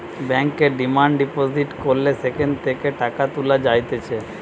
ব্যাংকে demand deposit করলে সেখান থেকে টাকা তুলা যাইতেছে